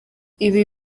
ibi